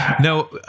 no